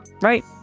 right